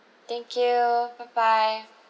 thank you bye bye